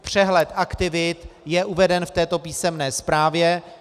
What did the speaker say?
Přehled aktivit je uveden v této písemné zprávě.